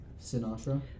Sinatra